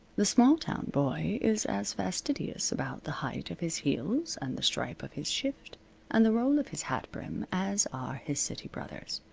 the small-town boy is as fastidious about the height of his heels and the stripe of his shift and the roll of his hat-brim as are his city brothers.